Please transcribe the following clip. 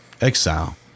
exile